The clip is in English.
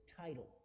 title